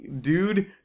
dude